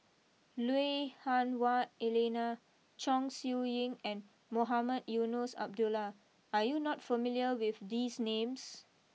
Lui Hah Wah Elena Chong Siew Ying and Mohamed Eunos Abdullah are you not familiar with these names